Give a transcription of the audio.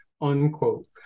Unquote